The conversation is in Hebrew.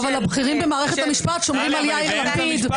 אבל הבכירים במערכת המשפט שומרים מאוד על יאיר לפיד.